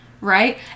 right